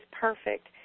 perfect